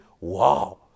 wow